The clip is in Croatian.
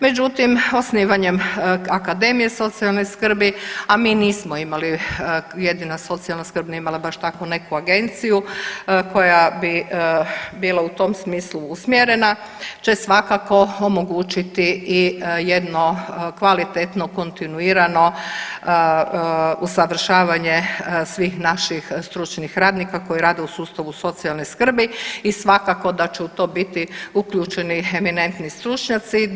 Međutim, osnivanjem akademije socijalne skrbi a mi nismo imali jedina socijalna skrb nije imala baš takvu neku agenciju koja bi bila u tom smislu usmjerena će svakako omogućiti i jedno kvalitetno, kontinuirano usavršavanje svih naših stručnih radnika koji rade u sustavu socijalne skrbi i svakako da će u to biti uključeni eminentni stručnjaci.